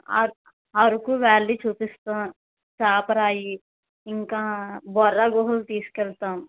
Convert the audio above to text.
Araku Araku valley చూపిస్తాం చాపరాయి ఇంకా బొర్రా గుహలు తీసుకెళ్తాం